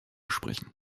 sprechen